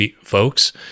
folks